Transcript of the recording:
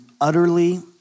utterly